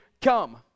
come